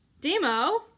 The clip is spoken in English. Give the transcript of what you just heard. Demo